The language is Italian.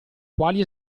quali